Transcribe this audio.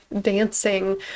dancing